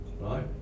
right